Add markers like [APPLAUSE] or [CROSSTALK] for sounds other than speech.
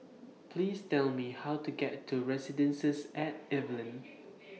Please Tell Me How to get to Residences At [NOISE] Evelyn